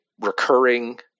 recurring